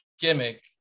gimmick